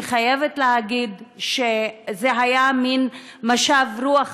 אני חייבת להגיד שזה היה מין משב רוח